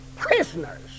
Prisoners